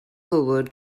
forward